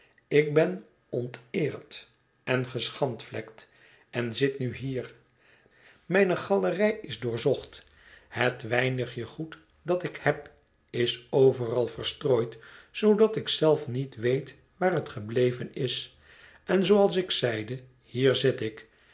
ik ben onteerd en geschandvlekt en zit nu hier mijne galerij is doorzocht het weinigje goed dat ik heb is overal verstrooid zoodat ik zelf niet weet waar het gebleven is en zooals ik zeide hier zit ik